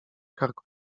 karku